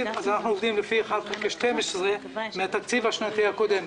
אז אנחנו עובדים לפי 1/12 מהתקציב השנתי הקודם.